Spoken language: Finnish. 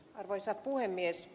arvoisa puhemies